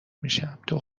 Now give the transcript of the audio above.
میشم، تو